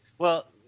well,